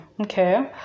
Okay